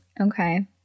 okay